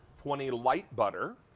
twenty light butter,